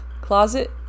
closet